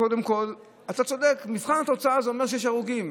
קודם כול אתה צודק, מבחן התוצאה אומר שיש הרוגים.